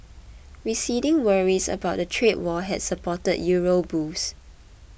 receding worries about a trade war had supported euro bulls